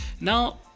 Now